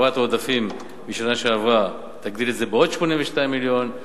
והעברת העודפים משנה שעברה תגדיל את זה בעוד 82 מיליון.